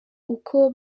uko